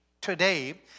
today